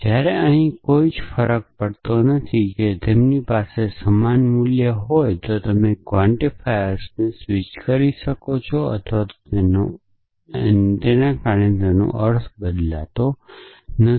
જ્યારે અહીં કોઈ ફરક નથી જો તેમની પાસે સમાન પ્રકારનું હોય તો તમે ક્વોન્ટિફાયર્સને સ્વિચ કરી શકો છો અને તેનો અર્થ બદલાતો નથી